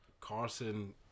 Carson